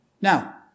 Now